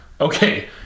Okay